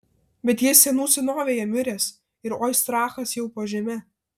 bet jis senų senovėje miręs ir oistrachas jau po žeme